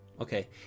okay